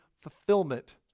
fulfillment